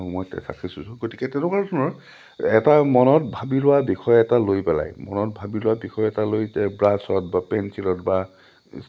মই তেতিয়া চাকচেছ হৈছোঁ গতিকে তেনেকুৱা ধৰণৰ এটা মনত ভাবি লোৱা বিষয়ে এটা লৈ পেলাই মনত ভাবি লোৱা বিষয় এটা লৈ তে ব্ৰাছত বা পেঞ্চিলত বা